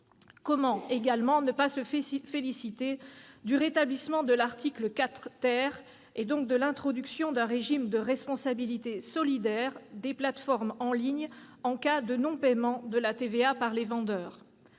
comment ne pas se féliciter du rétablissement de l'article 4 qui introduit un régime de responsabilité solidaire des plateformes en ligne en cas de non-paiement de la TVA par les vendeurs ?